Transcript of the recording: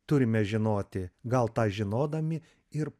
turime žinoti gal tą žinodami ir